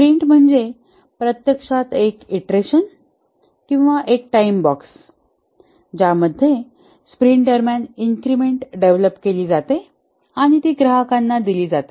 sprint म्हणजे प्रत्यक्षात एक ईंटरेशन किंवा एक टाइम बॉक्स ज्यामध्ये स्प्रिंट दरम्यान इन्क्रिमेंट डेव्हलप केली जाते आणि ती ग्राहकांना दिली जाते